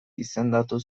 izendatu